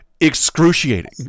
excruciating